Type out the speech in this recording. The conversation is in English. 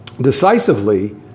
decisively